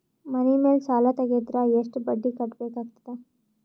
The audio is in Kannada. ಮನಿ ಮೇಲ್ ಸಾಲ ತೆಗೆದರ ಎಷ್ಟ ಬಡ್ಡಿ ಕಟ್ಟಬೇಕಾಗತದ?